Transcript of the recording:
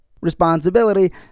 responsibility